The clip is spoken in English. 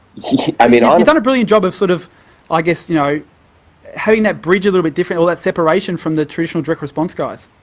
i mean um done a brilliant job of sort of ah you know having that bridge a little bit different, all that separation from the traditional direct-response guys.